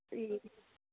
ए